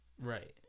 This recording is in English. Right